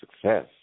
success